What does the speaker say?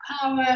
power